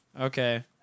Okay